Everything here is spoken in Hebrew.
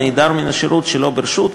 נעדר מן השירות שלא ברשות,